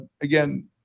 again